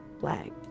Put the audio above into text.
black